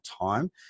time